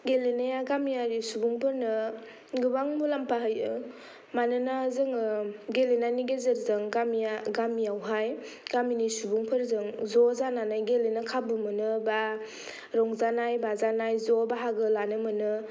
गेलेनाया गामियारि सुबुंफोरनो गोबां मुलाम्फा होयो मानोना जोङो गेलेनायनि गेजेरजों गामिया गामियावहाय गामिनि सुबुंफोरजों ज' जानानै गेलेनो खाबुमोनो बा रंजानाय बाजानाय ज' बाहागो लानो मोनो